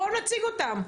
בואו נציג אותם.